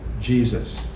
Jesus